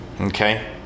Okay